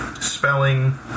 Spelling